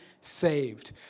saved